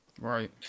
Right